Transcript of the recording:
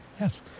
Yes